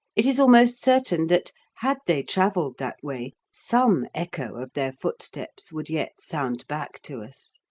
it is almost certain that, had they travelled that way, some echo of their footsteps would yet sound back to us.